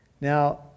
Now